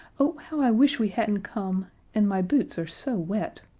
oh, how i wish we hadn't come and my boots are so wet.